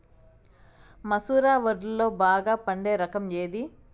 మసూర వడ్లులో బాగా పండే రకం ఏది?